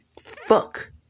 fuck